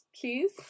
please